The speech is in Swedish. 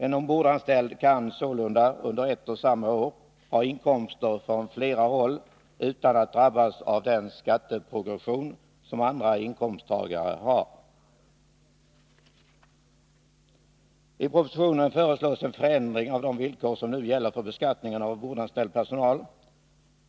En ombordanställd kan sålunda under ett och samma år ha inkomster från flera håll utan att drabbas av den skatteprogression som andra inkomsttagare har. I propositionen föreslås en förändring av de villkor som nu gäller för beskattningen av ombordanställd personal.